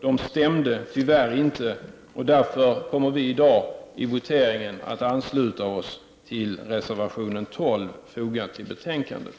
De stämde tyvärr inte, och därför kommer vi i dag i voteringen att ansluta oss till reservationen 12, som är fogad till betänkandet.